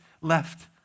left